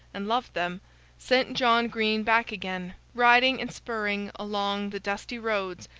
and loved them sent john green back again, riding and spurring along the dusty roads,